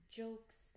jokes